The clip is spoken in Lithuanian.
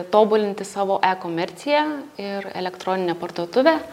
tobulinti savo e komerciją ir elektroninę parduotuvę